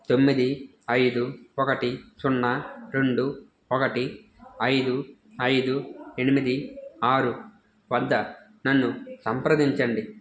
తొమ్మిది ఐదు ఒకటి సున్నా రెండు ఒకటి ఐదు ఐదు ఎనిమిది ఆరు వద్ద నన్ను సంప్రదించండి